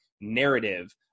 narrative